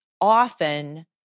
often